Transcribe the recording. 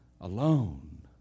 alone